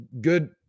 good